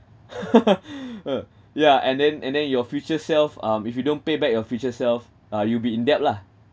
uh ya and then and then your future self um if you don't pay back your future self uh you'll be in debt lah